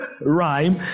rhyme